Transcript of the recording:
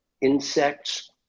insects